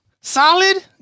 solid